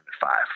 five